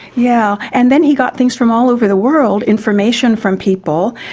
yeah and then he got things from all over the world, information from people.